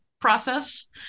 process